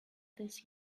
this